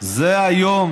זה היום